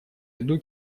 виду